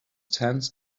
tense